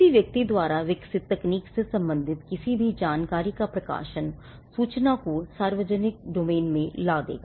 किसी व्यक्ति द्वारा विकसित तकनीक से संबंधित किसी भी जानकारी का प्रकाशन सूचना को सार्वजनिक डोमेन में डाल देगा